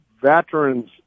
veterans